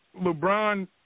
LeBron